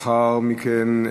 לאחר מכן,